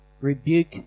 rebuke